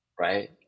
right